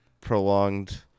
prolonged